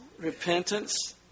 repentance